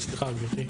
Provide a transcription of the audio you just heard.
סליחה גברתי,